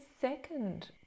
second